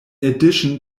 addition